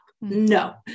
no